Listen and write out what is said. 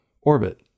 orbit